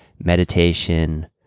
meditation